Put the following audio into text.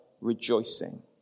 rejoicing